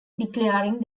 declaring